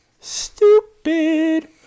stupid